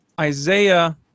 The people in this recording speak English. Isaiah